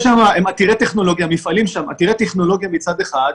יש שם מפעלים עתירי טכנולוגיה מצד אחד,